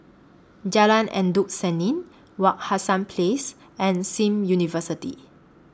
Jalan Endut Senin Wak Hassan Place and SIM University